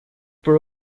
for